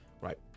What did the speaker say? right